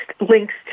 links